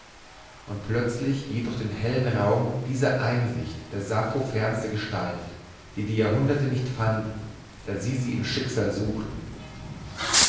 und plötzlich geht durch den hellen raum dieser einsicht der sappho fernste gestalt die die jahrhunderte nicht fanden da sie sie im schicksal suchten